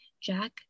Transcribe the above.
Jack